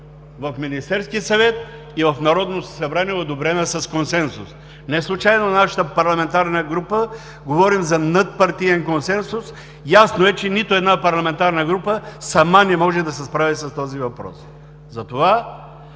в Министерския съвет и в Народното събрание одобрена с консенсус. Неслучайно нашата парламентарна група говорим за надпартиен консенсус. Ясно е, че нито една парламентарна група сама не може да се справи с този въпрос. Затова